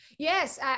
Yes